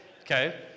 Okay